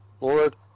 Lord